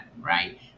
right